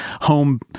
home